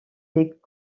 des